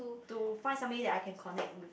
to find somebody that I can connect with